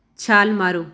ਛਾਲ ਮਾਰੋ